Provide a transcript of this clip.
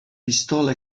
pistola